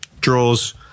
Draws